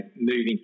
moving